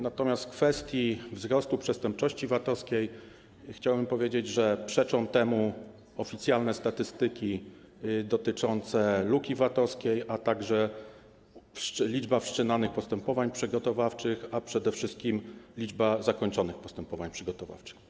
Natomiast w kwestii wzrostu przestępczości VAT-owskiej chciałem powiedzieć, że przeczą temu oficjalne statystyki dotyczące luki VAT-owskiej, także liczba wszczynanych postępowań przygotowawczych, a przede wszystkim liczba zakończonych postępowań przygotowawczych.